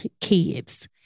kids